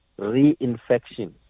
reinfection